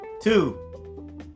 Two